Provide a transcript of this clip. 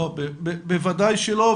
בוודאי שלא,